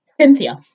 Cynthia